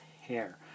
hair